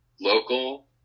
local